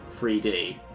3D